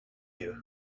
you